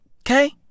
Okay